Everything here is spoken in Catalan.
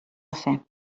fer